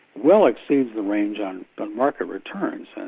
well exceeds the range on the market returns.